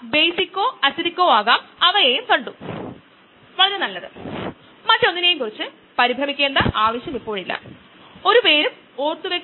എന്നിട്ട് ഈ സബ്സ്ട്രേറ്റ് മുത്തുകളിലേക്കോ ജെല്ലുകളിലേക്കോ കടക്കുന്നു അത് എൻസൈമുമായി ഇന്ററാക്ട് ചെയുന്നു ഉൽപ്പന്നം നിർമ്മിക്കപ്പെടുന്നു ഉൽപ്പന്നം പുറത്തുവരുന്നു